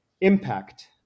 impact